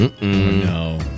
No